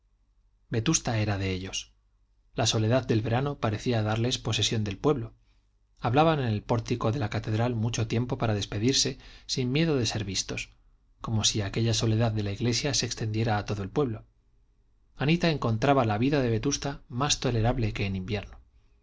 vetusta era de ellos la soledad del verano parecía darles posesión del pueblo hablaban en el pórtico de la catedral mucho tiempo para despedirse sin miedo de ser vistos como si aquella soledad de la iglesia se extendiera a todo el pueblo anita encontraba la vida de vetusta más tolerable que en invierno